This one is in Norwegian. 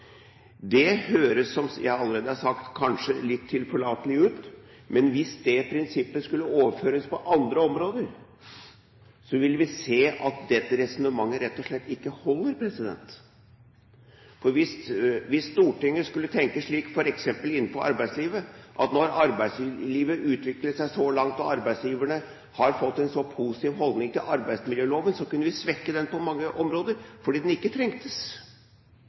Det høres, som jeg allerede har sagt, kanskje litt tilforlatelig ut. Men hvis det prinsippet skulle overføres på andre områder, ville vi se at dette resonnementet rett og slett ikke holder; hvis Stortinget f.eks. skulle tenke slik innenfor arbeidslivet at nå har arbeidslivet utviklet seg så langt og arbeidsgiverne fått en så positiv holdning til arbeidsmiljøloven at vi kunne svekke den på mange områder, fordi den ikke